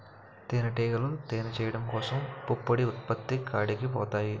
తేనిటీగలు తేనె చేయడం కోసం పుప్పొడి ఉత్పత్తి కాడికి పోతాయి